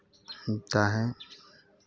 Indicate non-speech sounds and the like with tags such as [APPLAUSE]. [UNINTELLIGIBLE] हैं